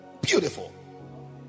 Beautiful